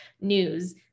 news